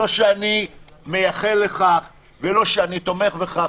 לא שאני מייחל לכך ולא שאני תומך בכך.